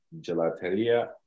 gelateria